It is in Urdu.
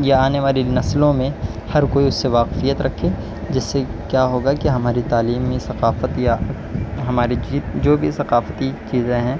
یا آنے والی نسلوں میں ہر کوئی اس سے واقفیت رکھیں جس سے کیا ہوگا کہ ہماری تعلیمی ثقافت یا ہماری جیت جو بھی ثقافتی چیزیں ہیں